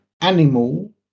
Animal